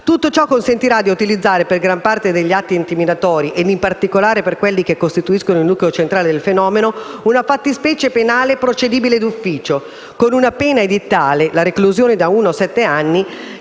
Tutto ciò consentirà di utilizzare per gran parte degli atti intimidatori, e in particolare per quelli che costituiscono il nucleo centrale del fenomeno, una fattispecie penale procedibile d'ufficio, con una pena edittale (la reclusione da uno a sette anni)